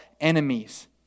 enemies